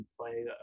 play